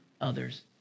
others